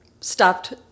stopped